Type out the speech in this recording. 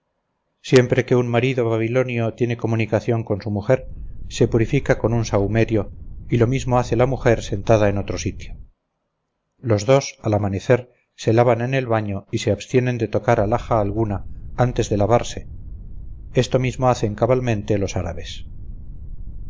siempre que un marido babilonio tiene comunicación con su mujer se purifica con un sahumerio y lo mismo hace la mujer sentada en otro sitio los dos al amanecer se lavan en el baño y se abstienen de tocar alhaja alguna antes de lavarse esto mismo hacen cabalmente los árabes